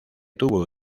tuvo